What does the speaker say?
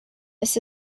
this